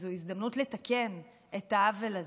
וזו הזדמנות לתקן את העוול הזה.